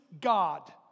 God